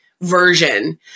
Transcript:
version